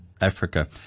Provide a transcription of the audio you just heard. Africa